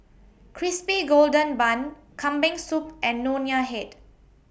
Crispy Golden Bun Kambing Soup and Nonya Head